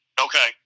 Okay